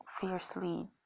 fiercely